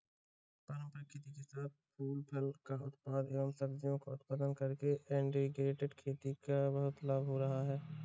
पारंपरिक खेती के साथ साथ फूल फल का उत्पादन एवं सब्जियों का उत्पादन करके इंटीग्रेटेड खेती से बहुत लाभ हो रहा है